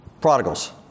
prodigals